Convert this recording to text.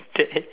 K